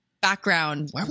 background